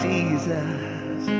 Jesus